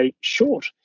short